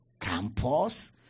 Campus